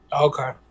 okay